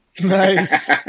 nice